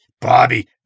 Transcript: Bobby